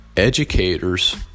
Educators